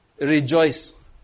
Rejoice